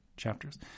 chapters